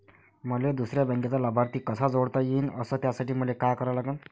मले दुसऱ्या बँकेचा लाभार्थी कसा जोडता येईन, अस त्यासाठी मले का करा लागन?